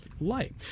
light